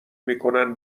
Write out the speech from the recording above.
میکنن